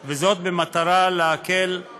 רוצה להחרים את העולם, ולא לתת לו להיכנס לתחומיה.